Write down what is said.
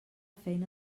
feina